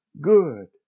good